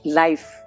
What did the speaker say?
life